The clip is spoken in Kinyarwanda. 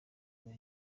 rwa